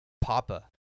Papa